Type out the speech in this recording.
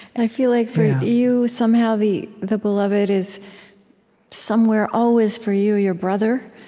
and i feel like you, somehow, the the beloved is somewhere, always, for you, your brother?